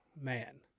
Man